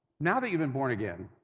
now, that you've been born again,